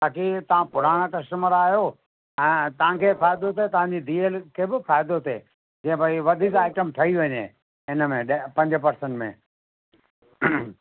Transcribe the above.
बाक़ी तव्हां पुराणा कस्टमर आहियो हा तव्हांखे फ़ाइदो त तव्हांजी धीअ खे बि फ़ाइदो थिए जीअं भई वधीक आइटम ठही वञे इनमें ॾह पंज पर्सेंट में